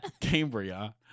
Cambria